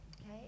Okay